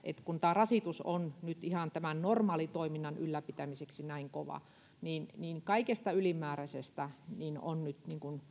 kun tämä rasitus on nyt ihan tämän normaalitoiminnan ylläpitämiseksi näin kova niin niin kaikesta ylimääräisestä on nyt